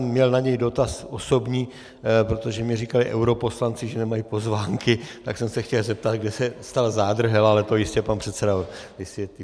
Měl jsem na něj dotaz osobní, protože mi říkali europoslanci, že nemají pozvánky, tak jsem se chtěl zeptat, kde se stal zádrhel, ale to jistě pan předseda vysvětlí.